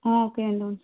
ఆ ఓకే అండి